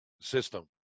system